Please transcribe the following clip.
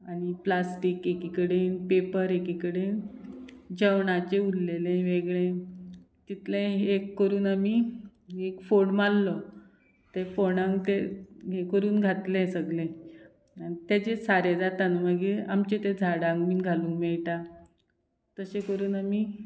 आनी प्लास्टीक एकी कडेन पेपर एकी कडेन जेवणाचें उरलेलें वेगळें तितलें एक करून आमी एक फोण मारलो ते फोंडांक ते हे करून घातले सगले आनी तेजे सारें जाता न्हू मागीर आमचे ते झाडांक बीन घालूंक मेळटा तशें करून आमी